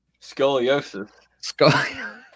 Scoliosis